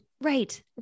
Right